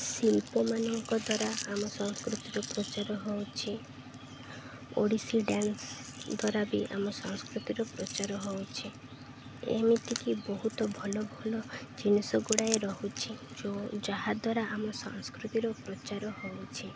ଶିଳ୍ପମାନଙ୍କ ଦ୍ୱାରା ଆମ ସଂସ୍କୃତିର ପ୍ରଚାର ହଉଛି ଓଡ଼ିଶୀ ଡ୍ୟାନ୍ସ୍ ଦ୍ୱାରା ବି ଆମ ସଂସ୍କୃତିର ପ୍ରଚାର ହଉଛି ଏମିତିକି ବହୁତ ଭଲ ଭଲ ଜିନିଷ ଗୁଡ଼ାଏ ରହୁଛି ଯେଉଁ ଯାହାଦ୍ୱାରା ଆମ ସଂସ୍କୃତିର ପ୍ରଚାର ହଉଛି